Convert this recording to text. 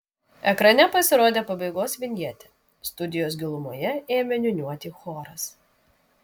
ekrane pasirodė pabaigos vinjetė studijos gilumoje ėmė niūniuoti choras